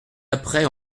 apprêt